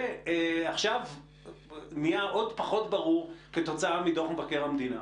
ועכשיו נהיה עוד פחות ברור כתוצאה מדוח מבקר המדינה.